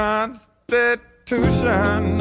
Constitution